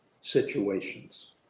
situations